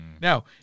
Now